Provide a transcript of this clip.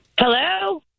Hello